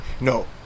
No